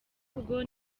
bwo